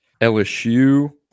LSU